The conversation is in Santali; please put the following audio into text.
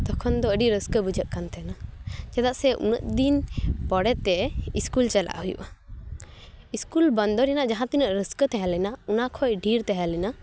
ᱛᱚᱠᱷᱚ ᱫᱚ ᱟᱹᱰᱤ ᱨᱟᱹᱥᱠᱟᱹ ᱵᱩᱡᱷᱟᱹᱜ ᱠᱟᱱ ᱛᱟᱦᱮᱱᱟ ᱪᱮᱫᱟ ᱥᱮ ᱩᱱᱟᱹᱜ ᱫᱤᱱ ᱯᱚᱨᱮ ᱛᱮ ᱤᱥᱠᱩᱞ ᱪᱟᱞᱟᱜ ᱦᱩᱭᱩᱜᱼᱟ ᱤᱥᱠᱩᱞ ᱵᱚᱱᱫᱳ ᱨᱮᱱᱟᱜ ᱡᱟᱦᱟᱸ ᱛᱤᱱᱟᱜ ᱨᱟᱹᱥᱠᱟᱹ ᱛᱟᱦᱮᱸ ᱞᱮᱱᱟ ᱚᱱᱟ ᱠᱷᱚᱡ ᱰᱷᱮᱨ ᱛᱟᱦᱮᱸ ᱞᱮᱱᱟ